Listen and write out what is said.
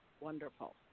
Wonderful